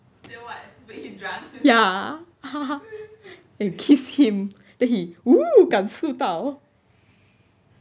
ya and kiss him then he !whoa! 感触到